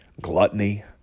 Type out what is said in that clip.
gluttony